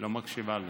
לא מקשיבה לי.